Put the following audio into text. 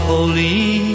Holy